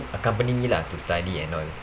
accompany me lah to study and all